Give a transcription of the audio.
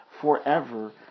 forever